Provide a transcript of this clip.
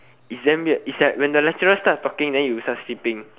it is damn weird like when the lecturer start talking then you start sleeping